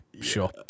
sure